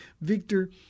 Victor